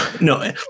no